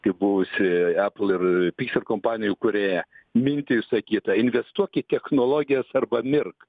kaip buvusį apple ir pixar kompanijų įkūrėją mintį išsakytą investuok į technologijas arba mirk